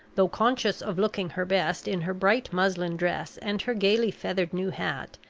though conscious, of looking her best in her bright muslin dress and her gayly feathered new hat,